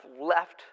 left